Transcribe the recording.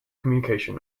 communication